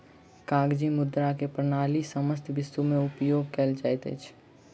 कागजी मुद्रा के प्रणाली समस्त विश्व में उपयोग कयल जाइत अछि